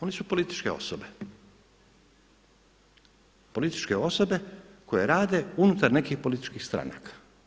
Oni su političke osobe, političke osobe koje rade unutar nekih političkih stranaka.